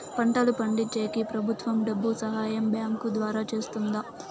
పంటలు పండించేకి ప్రభుత్వం డబ్బు సహాయం బ్యాంకు ద్వారా చేస్తుందా?